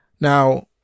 Now